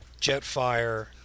Jetfire